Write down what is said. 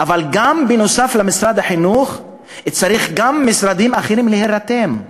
אבל נוסף על משרד החינוך צריכים גם משרדים אחרים להירתם,